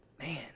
Man